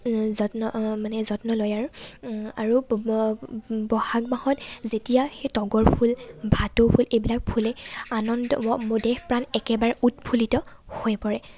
যত্ন মানে যত্ন লয় আৰু আৰু ব'হাগ মাহত যেতিয়া সেই তগৰ ফুল ভাটৌ ফুল এইবিলাক ফুলে আনন্দত মোৰ দেহ প্ৰাণ একেবাৰে উৎফুল্লিত হৈ পৰে